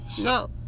No